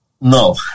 No